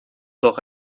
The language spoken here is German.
doch